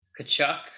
Kachuk